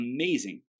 amazing